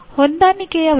ಈಗ ಮುಂದಿನ ಘಟಕಕ್ಕೆ ಹೋಗೋಣ